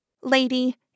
Lady